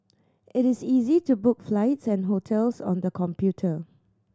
it is easy to book flights and hotels on the computer